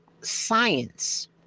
science